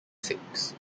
six